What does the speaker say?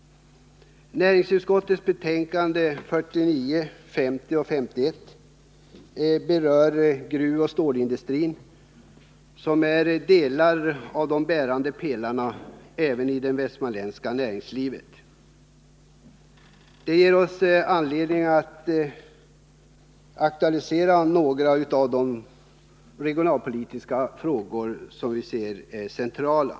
Näringsutskottets betänkanden 49, 50 och 51 berör gruvoch stålindustrin, som är delar av de bärande pelarna även i det västmanländska näringslivet. Det ger oss anledning att aktualisera några av de regionalpolitiska frågor som vi anser som centrala.